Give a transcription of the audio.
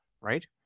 right